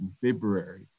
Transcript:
February